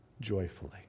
joyfully